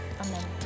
Amen